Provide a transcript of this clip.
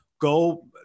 Go